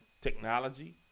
technology